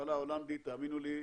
המחלה ההולנדית, תאמינו לי,